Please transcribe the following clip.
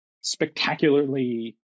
spectacularly